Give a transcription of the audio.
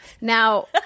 Now